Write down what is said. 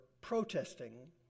protesting